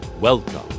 Welcome